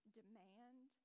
demand